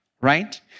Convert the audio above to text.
right